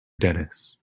dennis